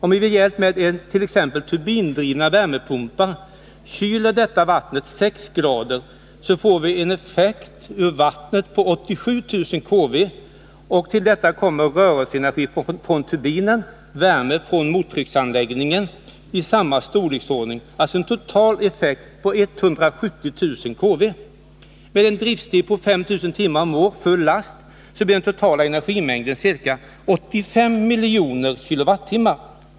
Om vi med hjälp av t.ex. turbindrivna värmepumpar kyler detta vatten 62 får vi en effekt ur vattnet på ca 87 000 kW, och till detta kommer rörelseenergin från turbinen och värme från mottrycksanläggningen i samma storleksordning, alltså en total effekt på ca 170 000 kW. Med en driftstid på 5 000 timmar om året, full last, blir totala energimängden ca 850 000 000 kWh.